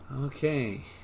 Okay